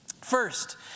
First